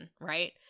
right